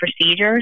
procedures